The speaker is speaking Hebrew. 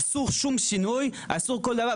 אסור שום שינוי, אסור כל דבר.